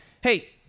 Hey